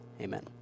Amen